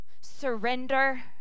surrender